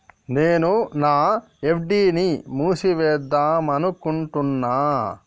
నేను నా ఎఫ్.డి ని మూసివేద్దాంనుకుంటున్న